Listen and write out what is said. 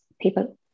people